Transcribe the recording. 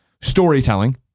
Storytelling